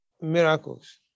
miracles